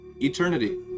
Eternity